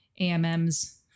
AMMs